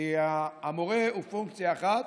כי המורה הוא פונקציה אחת,